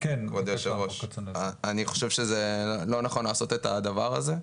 אני חושב שזה לא נכון לעשות את הדבר הזה.